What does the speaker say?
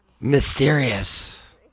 mysterious